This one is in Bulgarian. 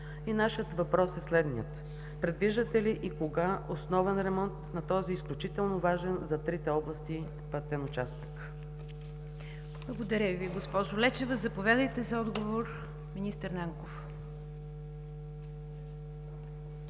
Нашият въпрос е следният: предвиждате ли и кога основен ремонт на този изключително важен за трите области пътен участък? ПРЕДСЕДАТЕЛ НИГЯР ДЖАФЕР: Благодаря Ви, госпожо Лечева. Заповядайте за отговор, министър Нанков.